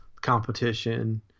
competition